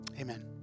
Amen